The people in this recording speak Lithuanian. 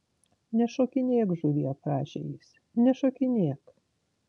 nešokinėk žuvie prašė jis nešokinėk